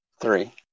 Three